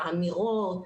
האמירות,